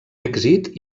èxit